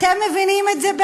אתם מבינים את זה?